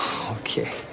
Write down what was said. Okay